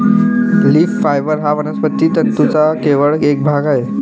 leaf fibre हा वनस्पती तंतूंचा केवळ एक भाग आहे